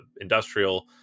industrial